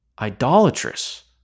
idolatrous